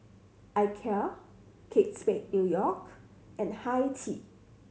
Ikea Kate Spade New York and Hi Tea